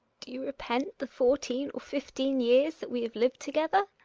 do you repent the fourteen or fifteen years that we have lived together?